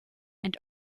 and